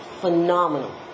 Phenomenal